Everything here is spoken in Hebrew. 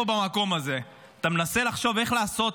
אתה יושב פה במקום הזה, אתה מנסה לחשוב איך לעשות